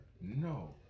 No